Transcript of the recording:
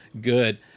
good